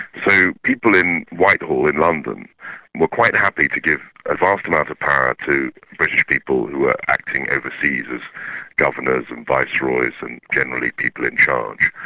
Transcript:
so people in whitehall in london were quite happy to give a vast amount of power to british people who were acting overseas as governors and viceroys and generally people in charge.